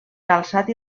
calçat